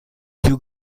più